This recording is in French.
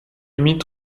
humides